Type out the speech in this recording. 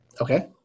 Okay